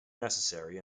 necessary